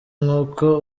nk’uko